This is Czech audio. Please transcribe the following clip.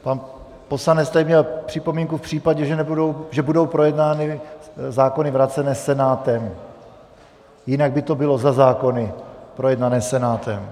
Pan poslanec tady měl připomínku v případě, že budou projednány zákony vrácené Senátem, jinak by to bylo za zákony projednané Senátem.